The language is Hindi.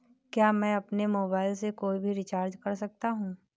क्या मैं अपने मोबाइल से कोई भी रिचार्ज कर सकता हूँ?